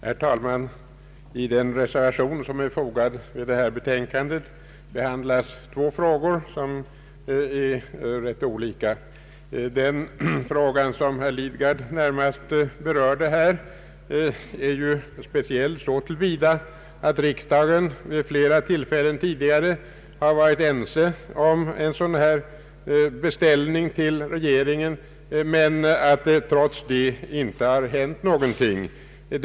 Herr talman! I den reservation som är fogad till detta betänkande behandlas två frågor som är rätt olika. Den fråga som herr Lidgard berörde är ju speciell så till vida att riksdagen tidigare har varit enig om en sådan beställning till regeringen, men trots detta har ingenting hänt.